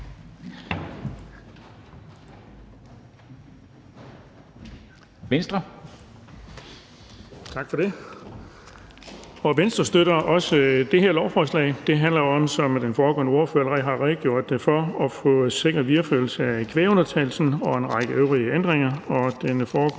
Venstre støtter også det her lovforslag. Det handler jo om, som den foregående ordfører allerede har redegjort for, at få sikret en videreførelse af kvægundtagelsen og en række øvrige ændringer.